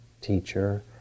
teacher